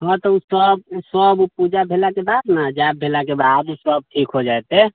हाँ तऽ ओ सब ओ सब ओ पूजा भेलाके बाद ने जाप भेलाके बाद सब ठीक हो जेतै